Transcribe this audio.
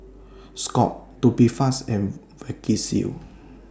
Scott's Tubifast and Vagisil